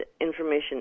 information